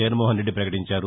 జగన్మోహన్ రెడ్డి పకటించారు